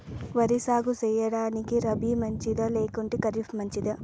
వరి సాగు సేయడానికి రబి మంచిదా లేకుంటే ఖరీఫ్ మంచిదా